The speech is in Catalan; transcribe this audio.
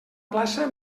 plaça